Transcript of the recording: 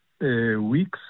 weeks